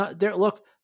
look